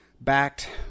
backed